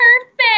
perfect